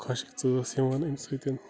خۄشِکۍ ژاس یِوان اَمہِ سۭتۍ